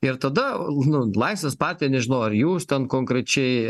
ir tada nu laisvės partija nežinau ar jūs ten konkrečiai